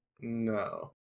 No